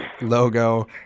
logo